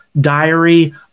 diary